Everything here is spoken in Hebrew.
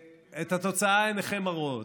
והתוצאה, עיניכם הרואות.